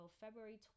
february